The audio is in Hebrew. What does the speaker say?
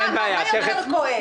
מה יותר כואב?